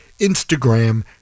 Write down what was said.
Instagram